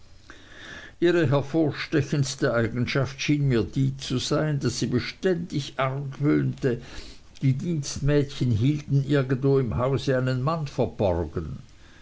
ihre hervorstechendste eigenschaft schien mir die zu sein daß sie beständig argwöhnte die dienstmädchen hielten irgendwo im hause einen mann verborgen